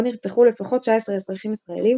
בו נרצחו לפחות 19 אזרחים ישראלים,